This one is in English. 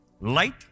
Light